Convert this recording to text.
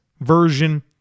version